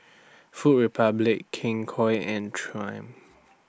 Food Republic King Koil and Triumph